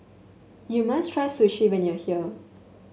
you must try Sushi when you are here